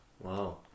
Wow